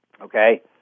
okay